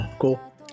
cool